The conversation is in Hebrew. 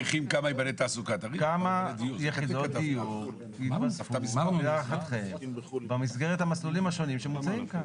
כמה יחידות דיור יתווספו להערכתם במסגרת המסלולים השונים שמוצעים כאן?